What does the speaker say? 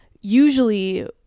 usually